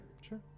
Sure